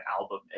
album